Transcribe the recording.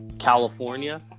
California